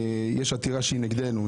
יש עתירה שהיא נגדנו,